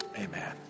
amen